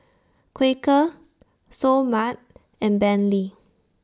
Quaker Seoul Mart and Bentley